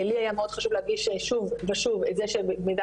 לי היה מאוד חשוב להדגיש שוב ושוב את זה שבמדינת